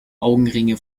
augenringe